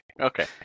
okay